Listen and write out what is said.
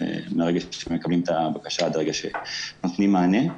מרגע שמקבלים את הבקשה ועד הרגע שנותנים מענה.